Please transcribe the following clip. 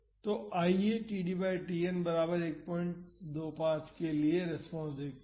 तो आइए td by Tn बराबर 125 के लिए रेस्पॉन्स देखते है